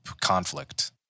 conflict